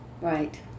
Right